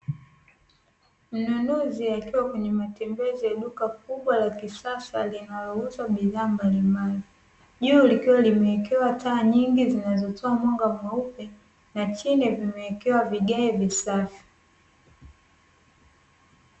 Mnunuzi akiwa kwenye matembezi ya duka kubwa la kisasa linalouza bidhaa mbalimbali, juu likiwa limewekewa taa nyingi zinazotoa mwanga mweupe na chini limewekewa vigae visafi.